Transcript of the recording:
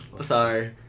Sorry